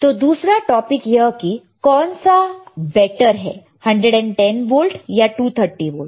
तो दूसरा टॉपिक यह है कि कौन सा बैटर है 110 वोल्ट या 230 वोल्ट